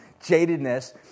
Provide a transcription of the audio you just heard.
jadedness